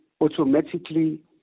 automatically